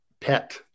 pet